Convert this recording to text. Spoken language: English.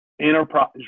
enterprise